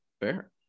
Fair